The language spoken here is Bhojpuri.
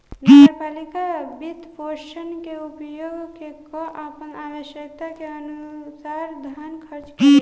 नगर पालिका वित्तपोषण के उपयोग क के आपन आवश्यकता के अनुसार धन खर्च करेला